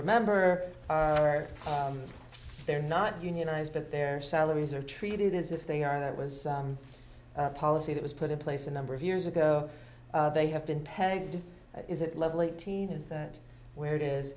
remember are there not unionized but their salaries are treated as if they are that was a policy that was put in place a number of years ago they have been pegged is it level eighteen is that where it is